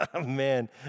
Man